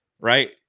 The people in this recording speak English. right